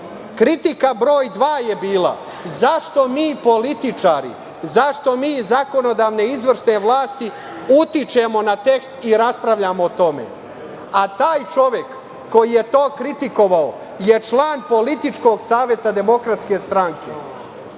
broj dva je bila - zašto mi, političari, zašto mi iz zakonodavne i izvršne vlasti utičemo na tekst i raspravljamo o tome? A taj čovek, koji je to kritikovao je član političkog saveta DS i redovni